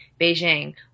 Beijing